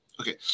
okay